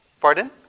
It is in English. Pardon